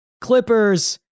Clippers